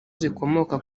zikomoka